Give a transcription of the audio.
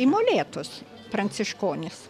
į molėtus pranciškonis